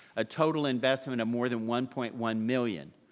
a total investment of more than one point one million.